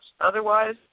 Otherwise